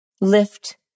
lift